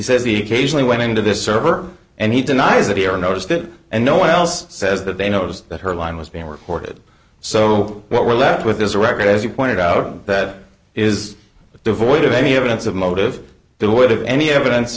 says he occasionally went into this server and he denies that he ever noticed it and no one else says that they noticed that her line was being recorded so what we're left with is a record as you pointed out that is devoid of any evidence of motive there would have any evidence